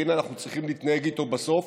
והינה אנחנו צריכים להתנהג איתו בסוף